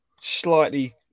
slightly